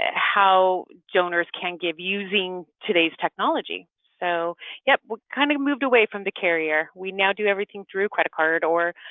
how donors can give using today's technology. so yep, we've kind of moved away from the carrier. we now do everything through credit card or